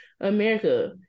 America